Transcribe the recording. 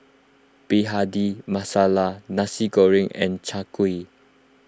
Bhindi Masala Nasi Goreng and Chai Kuih